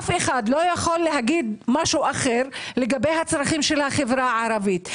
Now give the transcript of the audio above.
אף אחד לא יכול להגיד משהו אחר לגבי הצרכים של החברה הערבית.